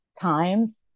times